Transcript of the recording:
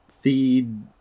feed